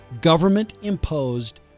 government-imposed